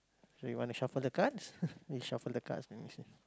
so you want to shuffle the cards you shuffle the cards let me see